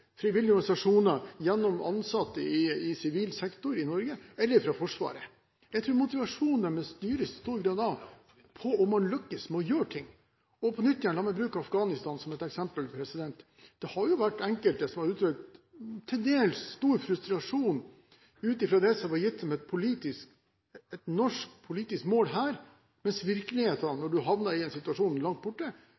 frivillige organisasjoner, ansatte i sivil sektor i Norge, eller de er i Forsvaret. Jeg tror motivasjonen deres i stor grad styres av om man lykkes i å gjøre ting. La meg på nytt bruke Afghanistan som eksempel: Enkelte har uttrykt til dels stor frustrasjon over at det blir vanskelig å se sammenhengen mellom det man ønsket, og det som var et norsk politisk mål her,